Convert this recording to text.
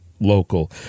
Local